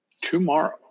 tomorrow